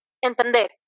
entender